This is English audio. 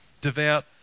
devout